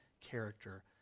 character